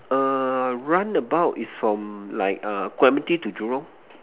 err run about is from like err Clementi to Jurong